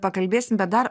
pakalbėsim bet dar